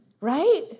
Right